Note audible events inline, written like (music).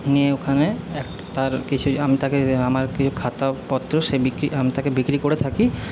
নিয়ে ওখানে এক তার কিছু (unintelligible) আমি তাকে আমার কিছু খাতাপত্র সে বিক্রি আমি তাকে বিক্রি করে থাকি